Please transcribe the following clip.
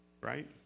Right